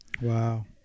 Wow